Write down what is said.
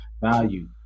value